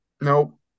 Nope